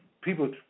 people